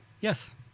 yes